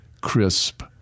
crisp